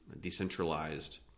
decentralized